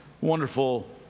wonderful